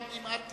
גם אם את תטעי,